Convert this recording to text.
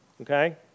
Okay